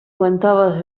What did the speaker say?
contava